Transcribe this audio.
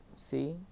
See